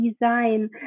design